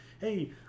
Hey